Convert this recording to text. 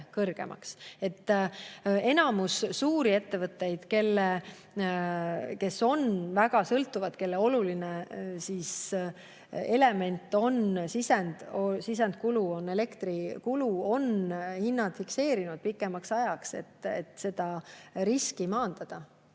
Enamusel suurtel ettevõtetel, kes on [energiast] väga sõltuvad, kelle oluline element, sisendkulu on elektrikulu, on hinnad fikseeritud pikemaks ajaks, et seda riski maandada.